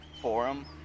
forum